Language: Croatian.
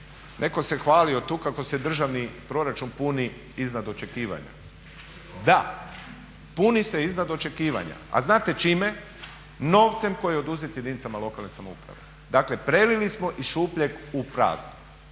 Netko se hvalio tu kako se državni proračun puni iznad očekivanja. Da, puni se iznad očekivanja. A znate čime? Novcem koji je oduzet jedinicama lokalne samouprave. Dakle, prelili smo iz šupljeg u prazno.